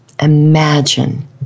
Imagine